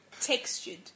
Textured